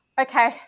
okay